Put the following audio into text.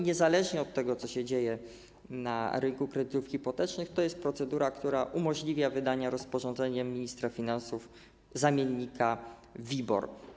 Niezależnie od tego, co dzieje się na rynku kredytów hipotecznych, to jest procedura, która umożliwia wydanie rozporządzeniem ministra finansów zamiennika WIBOR.